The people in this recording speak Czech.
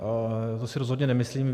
To si rozhodně nemyslím.